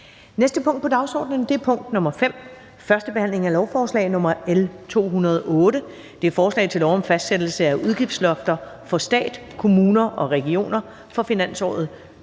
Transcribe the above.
næste punkt på dagsordenen er: 5) 1. behandling af lovforslag nr. L 208: Forslag til lov om fastsættelse af udgiftslofter for stat, kommuner og regioner for finansåret